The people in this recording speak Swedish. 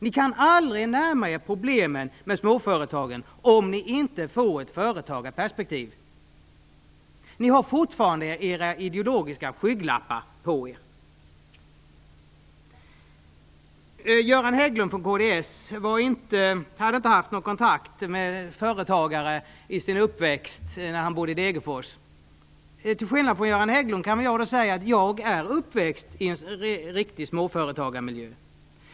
Ni kan aldrig närma er problemen med småföretagen om ni inte skaffar er ett företagarperspektiv. Ni har fortfarande på er era ideologiska skygglappar. Göran Hägglund från kds hade inte haft någon kontakt med företagare under sin uppväxt när han bodde i Degerfors. Till skillnad från Göran Hägglund kan jag säga att jag är uppvuxen i en riktig småföretagarmiljö.